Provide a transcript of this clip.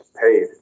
paid